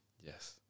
Yes